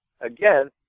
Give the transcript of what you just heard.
again